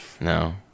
No